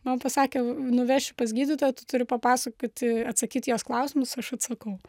man pasakė nuvešiu pas gydytoją tu turi papasakoti atsakyt į klausimus aš atsakau